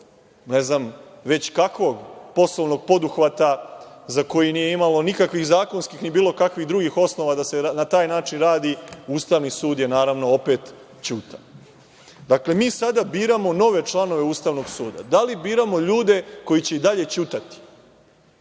ne znam već kakvog poslovnog poduhvata, za koji nije imalo nikakvih zakonskih ni bilo kakvih drugih osnova da se na taj način radi, Ustavni sud je, naravno, opet ćutao. Dakle, mi sada biramo nove članove Ustavnog suda. Da li biramo ljude koji će i dalje ćutati?